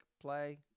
play